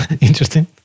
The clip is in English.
Interesting